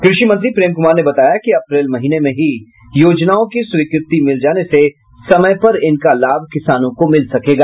कृषि मंत्री प्रेम कुमार ने बताया कि अप्रैल महीने में ही योजनाओं की स्वीकृति मिल जाने से समय पर इनका लाभ किसानों को मिल सकेगा